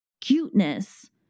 cuteness